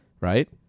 right